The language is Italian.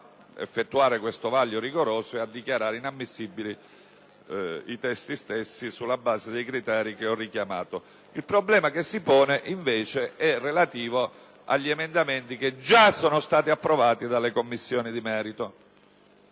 il problema si pone invece relativamente agli emendamenti che già sono stati approvati dalle Commissioni di merito.